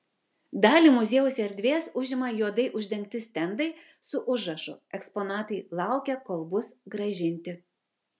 dalį muziejaus erdvės užima juodai uždengti stendai su užrašu eksponatai laukia kol bus grąžinti